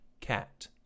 cat